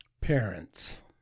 Parents